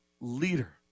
leader